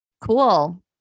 Cool